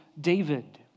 David